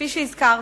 כפי שהזכרתי: